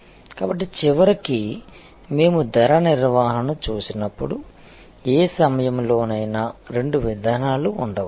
కాబట్టి చివరికి మేము ధర నిర్వహణను చూసినప్పుడు ఏ సమయంలోనైనా రెండు విధానాలు ఉండవచ్చు